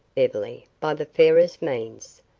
beverly, by the fairest means.